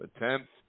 attempt